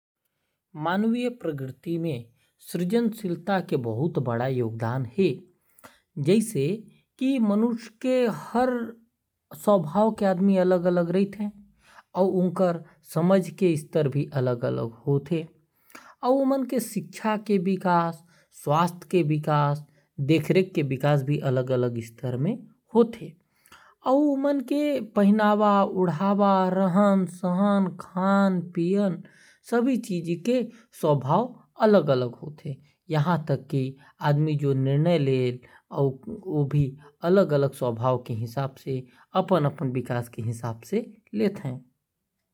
मानवीय प्रवृति में सृजनशीलता के योगदान। मानव विकास के खातिर रचनात्मकता बहुत जरूरी हावय। ये कोनो समस्या के नवा तरीका ले समाधान करे के क्षमता हावय। रचनात्मकता के विकास ले समाज अउ राष्ट्र के विकास होवत हावय। प्रारंभिक कक्षा ले ही रचनात्मकता के विकास म धियान दे जाना चाही।